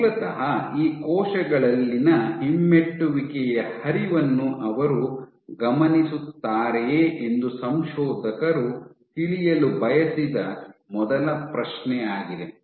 ಮೂಲತಃ ಈ ಕೋಶಗಳಲ್ಲಿನ ಹಿಮ್ಮೆಟ್ಟುವಿಕೆಯ ಹರಿವನ್ನು ಅವರು ಗಮನಿಸುತ್ತಾರೆಯೇ ಎಂದು ಸಂಶೋಧಕರು ತಿಳಿಯಲು ಬಯಸಿದ ಮೊದಲ ಪ್ರಶ್ನೆ ಆಗಿದೆ